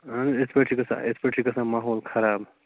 اَہن حَظ یتھٕ پٲٹھۍ چھُ گژھان یِتھٕ پٲٹھۍ چھُ گژھان ماحول خراب